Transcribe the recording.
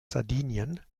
sardinien